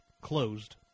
closed